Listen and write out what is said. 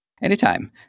anytime